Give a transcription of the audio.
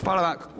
Hvalal vam.